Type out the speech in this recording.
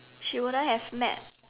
she wouldn't have met